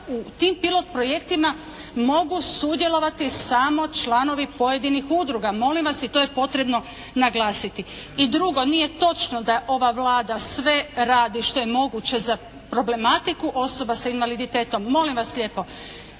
u tim pilot projektima mogu sudjelovati samo članovi pojedinih udruga molim vas i to je potrebno naglasiti. I drugo, nije točno da ova Vlada sve radi što je moguće za problematiku osoba sa invaliditetom. Strategija